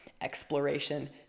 exploration